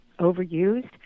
overused